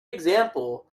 example